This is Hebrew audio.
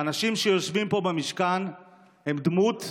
האנשים שיושבים פה במשכן הם דוגמה